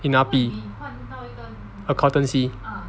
in R_P accountancy